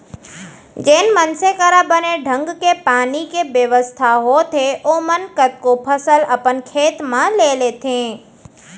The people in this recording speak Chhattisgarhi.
जेन मनसे करा बने ढंग के पानी के बेवस्था होथे ओमन कतको फसल अपन खेत म ले लेथें